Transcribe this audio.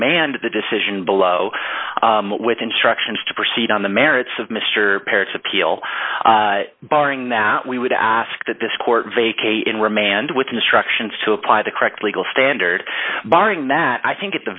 remanded the decision below with instructions to proceed on the merits of mr parrot's appeal barring that we would ask that this court vacate in remand with instructions to apply the correct legal standard barring that i think at the